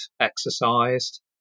exercised